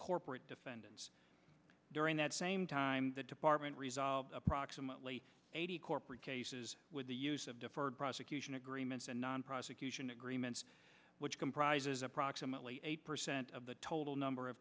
corporate defendants during that same time the department resolved approximately eighty corporate cases with the use of deferred prosecution agreements and non prosecution agreements which comprises approximately eight percent of the total number of